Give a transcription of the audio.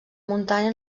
muntanya